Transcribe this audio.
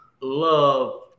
love